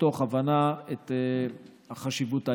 מתוך הבנה של חשיבות העניין.